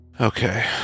okay